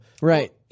Right